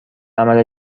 عمل